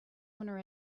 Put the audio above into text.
owner